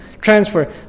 transfer